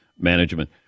management